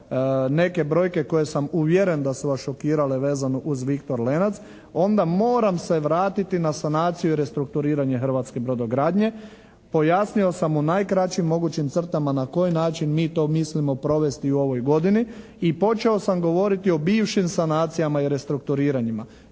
neke brojke koje sam uvjeren da su vas šokirane vezano uz Viktor Lenac, onda moram se vratiti na sanaciju i restrukturiranje hrvatske brodogradnje. Pojasnio sam u najkraćim mogućim crtama na koji način mi to mislimo provesti u ovoj godini i počeo sam govoriti o bivšim sanacijama i restrukturiranjima.